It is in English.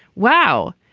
wow.